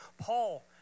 Paul